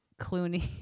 Clooney